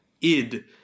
id